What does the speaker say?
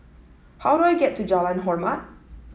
how do I get to Jalan Hormat